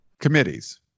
committees